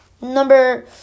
Number